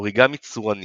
אוריגמי צורני